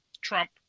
Trump